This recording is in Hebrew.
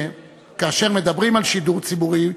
כאשר מדברים על שידור ציבורי,